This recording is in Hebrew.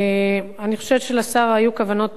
אני חושבת שלשר היו כוונות טובות.